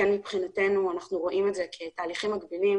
מבחינתנו אנחנו רואים את זה כתהליכים מקבילים